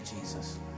Jesus